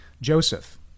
Joseph